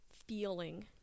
feeling